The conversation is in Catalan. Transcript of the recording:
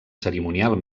cerimonial